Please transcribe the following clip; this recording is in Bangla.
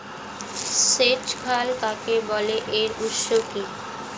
সেচ খাল কাকে বলে এর উৎস কি?